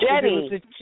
Jenny